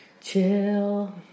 Chill